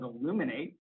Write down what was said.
Illuminate